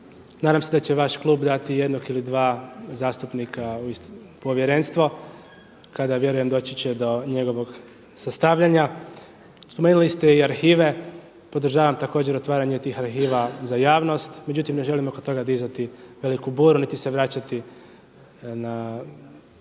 Nadam se da će vaš klub dati jednog ili dva zastupnika u povjerenstvo, kada vjerujem doći će do njegovog sastavljanja. Spomenuli ste i arhive. Podržavam također otvaranje tih arhiva za javnost, međutim ne želim oko toga dizati veliku buru niti se vraćati na